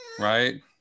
right